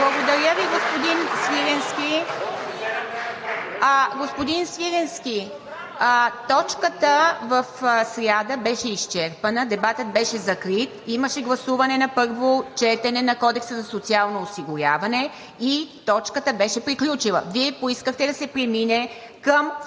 Благодаря Ви, господин Свиленски. Господин Свиленски, точката в сряда беше изчерпана, дебатът беше закрит и имаше гласуване на първо четене на Кодекса за социално осигуряване, и точката беше приключила. Вие поискахте да се премине към